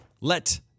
let